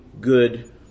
good